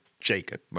Jacob